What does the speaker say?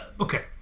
Okay